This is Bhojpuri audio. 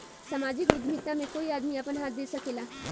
सामाजिक उद्यमिता में कोई आदमी आपन हाथ दे सकेला